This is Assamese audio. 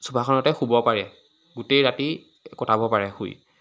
চোফাখনতে শুব পাৰে গোটেই ৰাতি কটাব পাৰে শুই